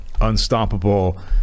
unstoppable